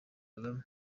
kagame